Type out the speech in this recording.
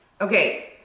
Okay